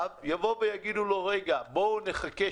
יגידו לו: רגע בואו נחכה.